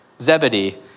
Zebedee